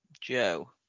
Joe